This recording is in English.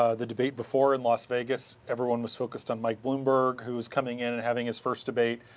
ah the debate before in las vegas, everyone was focused on mike bloomberg who is coming in and having his first debate,